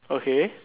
okay